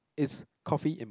is coffee in